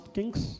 Kings